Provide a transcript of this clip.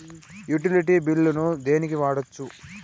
Utility బిల్లులను దేనికి వాడొచ్చు?